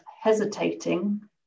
hesitating